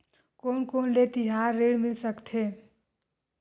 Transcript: कोन कोन ले तिहार ऋण मिल सकथे?